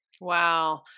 Wow